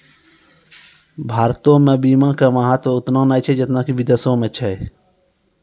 भारतो मे बीमा के महत्व ओतना नै छै जेतना कि विदेशो मे छै